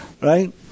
right